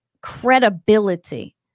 credibility